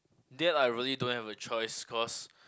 that I really don't have a choice cause